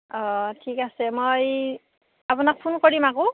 অঁ ঠিক আছে মই আপোনাক ফোন কৰিম আকৌ